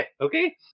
okay